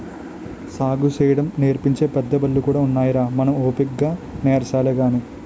సాగుసేయడం నేర్పించే పెద్దబళ్ళు కూడా ఉన్నాయిరా మనం ఓపిగ్గా నేర్చాలి గాని